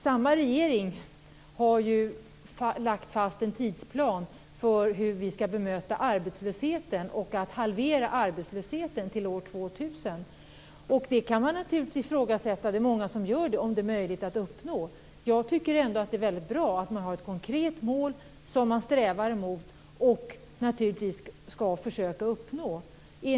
Samma regering har ju lagt fast en tidsplan för hur vi skall bemöta arbetslösheten och halvera denna till år 2000. Det kan naturligtvis ifrågasättas, vilket många gör, om det är möjligt att uppnå detta mål. Själv tycker jag att det är väldigt bra att man har ett konkret mål att sträva mot, och naturligtvis skall man försöka nå det.